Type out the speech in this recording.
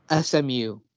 SMU